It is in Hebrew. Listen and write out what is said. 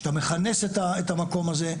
שאתה מכנס את המקום הזה,